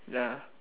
ya